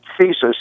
thesis